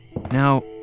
Now